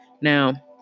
Now